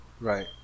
Right